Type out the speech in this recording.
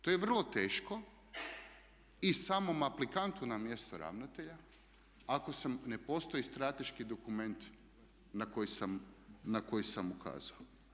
To je vrlo teško i samom aplikantu na mjesto ravnatelja ako ne postoji strateški dokument na koji sam ukazao.